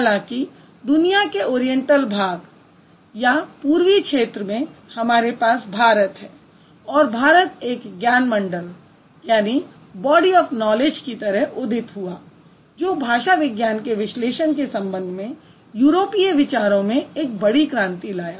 हालांकि दुनिया के ओरियेंटल भाग या पूर्वी क्षेत्र में हमारे पास भारत है और भारत एक ज्ञान मण्डल की तरह उदित हुआ जो भाषा विज्ञान के विश्लेषण के संबंध में यूरोपीय विचारों में एक बडी क्रांति लाया